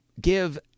give